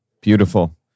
Beautiful